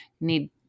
need